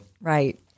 Right